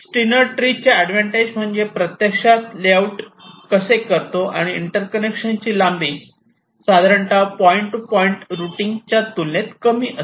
Steiner tree चे advantage म्हणजे प्रत्यक्षात लेआउट कसे करतो आणि इंटरकनेक्शनची लांबी साधारण पॉइंट टू पॉइंट रूटिंगच्या तुलनेत कमी असते